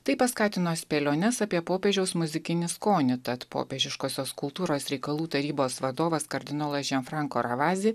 tai paskatino spėliones apie popiežiaus muzikinį skonį tad popiežiškosios kultūros reikalų tarybos vadovas kardinolas gianfranco ravasi